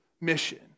mission